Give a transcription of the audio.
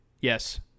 Yes